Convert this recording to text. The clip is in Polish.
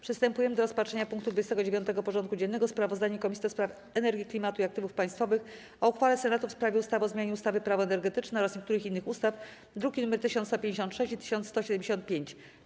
Przystępujemy do rozpatrzenia punktu 29. porządku dziennego: Sprawozdanie Komisji do Spraw Energii, Klimatu i Aktywów Państwowych o uchwale Senatu w sprawie ustawy o zmianie ustawy - Prawo energetyczne oraz niektórych innych ustaw (druki nr 1156 i 1175)